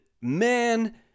man